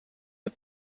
the